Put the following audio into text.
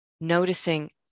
noticing